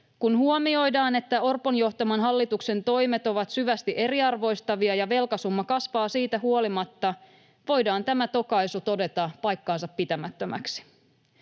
Kun huomioidaan, että Orpon johtaman hallituksen toimet ovat syvästi eriarvoistavia ja velkasumma kasvaa siitä huolimatta, voidaan tämä tokaisu todeta paikkansa pitämättömäksi.